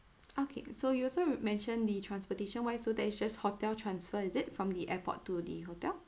okay so you also mention the transportation wise so that is just hotel transfer is it from the airport to the hotel